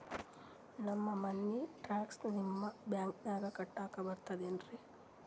ನಮ್ದು money tax ನಿಮ್ಮ ಬ್ಯಾಂಕಿನಾಗ ಕಟ್ಲಾಕ ಬರ್ತದೇನ್ರಿ?